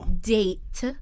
date